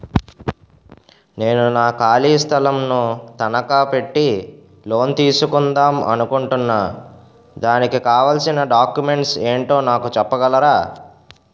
నేను నా ఖాళీ స్థలం ను తనకా పెట్టి లోన్ తీసుకుందాం అనుకుంటున్నా దానికి కావాల్సిన డాక్యుమెంట్స్ ఏంటో నాకు చెప్పగలరా?